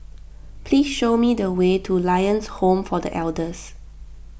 please show me the way to Lions Home for the Elders